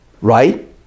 right